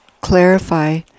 clarify